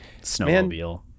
snowmobile